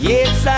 Yes